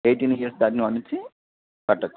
eighteen years దాటినకాడనుంచి కట్టచ్చు